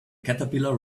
caterpillar